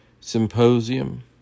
Symposium